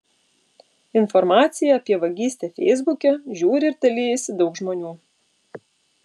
informaciją apie vagystę feisbuke žiūri ir dalijasi daug žmonių